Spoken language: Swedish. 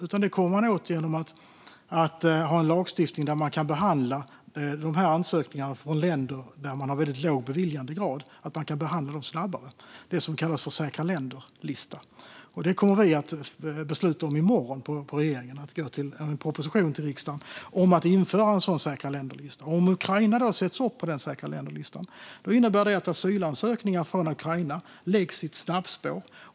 Man kommer åt det genom att ha en lagstiftning som gör att man snabbare kan behandla ansökningar från länder med väldigt låg beviljandegrad - de som finns på en så kallad säkra länder-lista. Regeringen kommer i morgon att besluta om att lägga fram en proposition för riksdagen om att införa en sådan lista. Om Ukraina sätts upp på säkra länder-listan innebär det att asylansökningar från Ukraina hanteras i ett snabbspår.